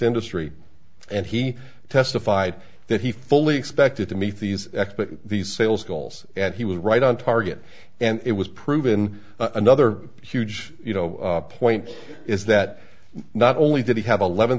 industry and he testified that he fully expected to meet these expert these sales goals and he was right on target and it was proven another huge you know point is that not only did he have eleven